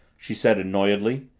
she said annoyedly.